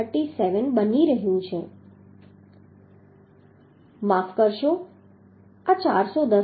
37 બની રહ્યું છે માફ કરશો આ 410 થશે